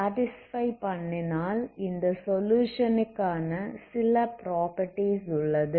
satisfy பண்ணினால் இந்த சொலுயுஷனுக்கான சில ப்ராப்பர்ட்டீஸ் உள்ளது